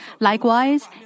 Likewise